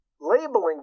Labeling